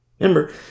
remember